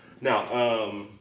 Now